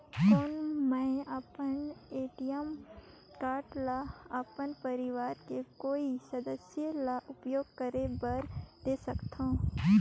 कौन मैं अपन ए.टी.एम कारड ल अपन परवार के कोई सदस्य ल उपयोग करे बर दे सकथव?